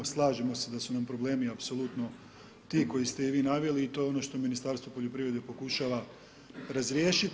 Slažemo se da su nam problemi apsolutno ti koji ste i vi naveli i to je ono što Ministarstvo poljoprivrede pokušava razriješiti.